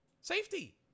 Safety